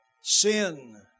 Sin